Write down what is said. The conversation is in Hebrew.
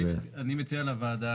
אני מציע לוועדה,